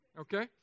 okay